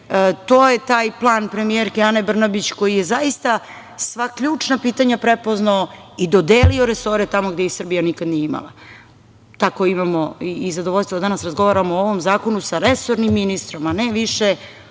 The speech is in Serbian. to je taj plan premijerke Ane Brnabić koji je zaista sva ključna pitanja prepoznao i dodelio resore tamo gde ih Srbija nikad nije imala. Tako imamo i zadovoljstvo da danas razgovaramo o ovom zakonu sa resornim ministrom, a ne više